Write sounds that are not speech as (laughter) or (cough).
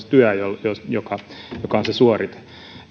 (unintelligible) työ joka on se suorite